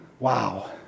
Wow